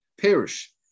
perish